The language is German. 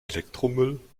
elektromüll